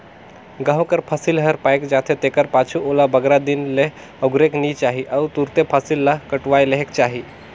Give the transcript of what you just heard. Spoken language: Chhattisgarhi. गहूँ कर फसिल हर पाएक जाथे तेकर पाछू ओला बगरा दिन ले अगुरेक नी चाही अउ तुरते फसिल ल कटुवाए लेहेक चाही